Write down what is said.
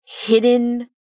hidden